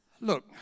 Look